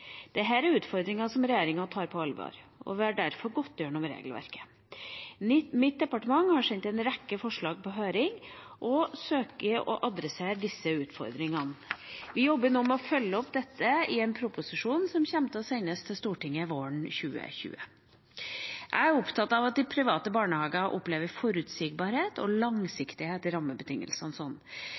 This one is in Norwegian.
er utfordringer som regjeringa tar på alvor, og vi har derfor gått gjennom regelverket. Mitt departement har sendt en rekke forslag på høring og søker å adressere disse utfordringene. Vi jobber nå med å følge opp dette i en proposisjon som kommer til å sendes til Stortinget våren 2020. Jeg er opptatt av at de private barnehagene opplever forutsigbarhet og langsiktighet i rammebetingelsene.